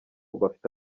bafite